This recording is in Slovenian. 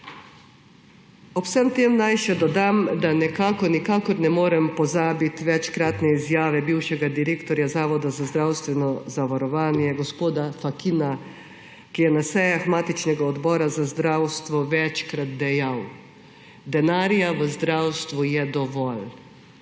Ob vsem tem naj še dodam, da nikakor ne morem pozabiti večkratne izjave bivšega direktorja Zavoda za zdravstveno zavarovanje gospoda Fakina, ki je na sejah matičnega Odbora za zdravstvo večkrat dejal: »Denarja v zdravstvu je dovolj,